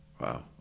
wow